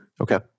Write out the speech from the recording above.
okay